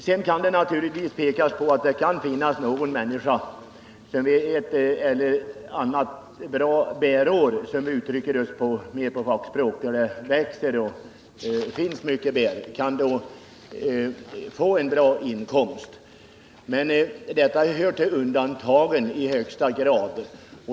Det går naturligtvis att peka på att det kan finnas någon människa som under ett eller annat bra bärår — som vi säger på fackspråk när det finns mycket bär — kan få en rätt bra inkomst. Men detta hör i högsta grad till undantagen.